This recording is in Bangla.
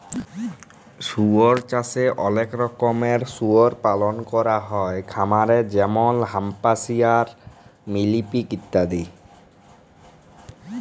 শুয়র চাষে অলেক রকমের শুয়রের পালল ক্যরা হ্যয় খামারে যেমল হ্যাম্পশায়ার, মিলি পিগ ইত্যাদি